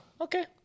okay